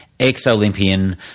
ex-Olympian